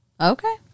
okay